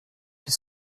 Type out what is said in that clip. qui